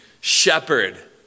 shepherd